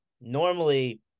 normally